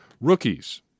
Rookies